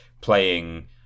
playing